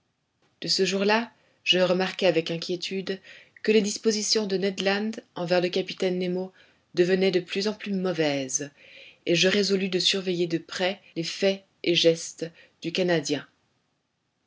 de ce jour-là je remarquai avec inquiétude que les dispositions de ned land envers le capitaine nemo devenaient de plus en plus mauvaises et je résolus de surveiller de près les faits et gestes du canadien